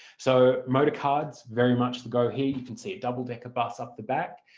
so motorcars very much the go here, you can see a double-decker bus up the back,